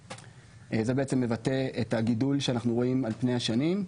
זה בעצם מבטא את הגידול שאנחנו רואים על פני השנים,